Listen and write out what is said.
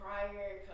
Prior